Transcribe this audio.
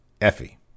Effie